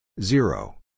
Zero